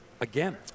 Again